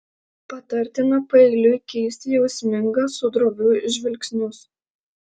patartina paeiliui keisti jausmingą su droviu žvilgsnius